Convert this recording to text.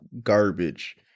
garbage